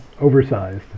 Oversized